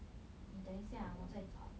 你等一下我在找